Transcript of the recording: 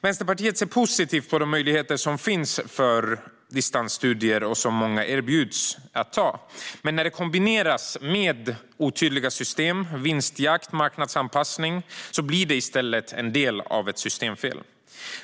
Vänsterpartiet ser positivt på de möjligheter som finns genom distansstudier och som många erbjuds att ta, men när det kombineras med otydliga system, vinstjakt och marknadsanpassning blir detta i stället en del av ett systemfel.